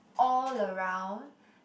all around